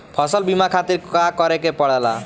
फसल बीमा खातिर का करे के पड़ेला?